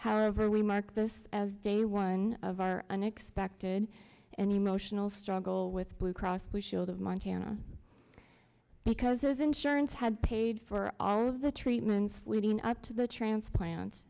however we mark this as day one of our unexpected and emotional struggle with blue cross blue shield of montana because his insurance had paid for all of the treatments leading up to the transplant